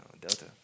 Delta